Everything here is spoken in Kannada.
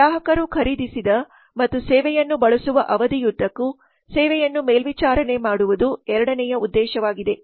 ಗ್ರಾಹಕರು ಖರೀದಿಸಿದ ಮತ್ತು ಸೇವೆಯನ್ನು ಬಳಸುವ ಅವಧಿಯುದ್ದಕ್ಕೂ ಸೇವೆಯನ್ನು ಮೇಲ್ವಿಚಾರಣೆ ಮಾಡುವುದು ಎರಡನೆಯ ಉದ್ದೇಶವಾಗಿದೆ